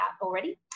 already